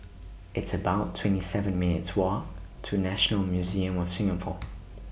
It's about twenty seven minutes' Walk to National Museum of Singapore